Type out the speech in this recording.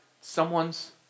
someone's